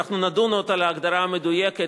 אנחנו נדון עוד על ההגדרה המדויקת,